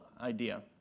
idea